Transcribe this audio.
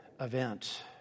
event